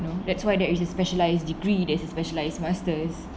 you know that's why there is a specialised degree there's a specialised masters